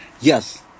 Yes